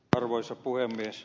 arvoisa puhemies